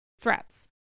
threats